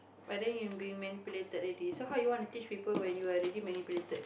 but then you're being manipulated already so how you want to teach people when you're already manipulated